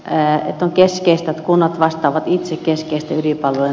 äänet on keskeistä kunnat vastaavat itse keskeisten ydinpalvelujen